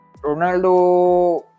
Ronaldo